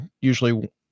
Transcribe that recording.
usually